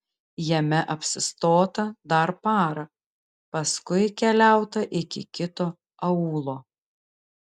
jame apsistota dar parą paskui keliauta iki kito aūlo